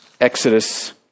Exodus